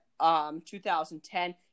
2010